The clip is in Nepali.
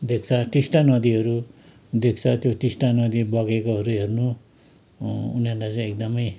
देख्छ टिस्टा नदीहरू देख्छ त्यो टिस्टा नदी बगेकोहरू हेर्नु उनीहरूलाई चाहिँ एकदमै